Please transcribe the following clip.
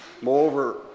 Moreover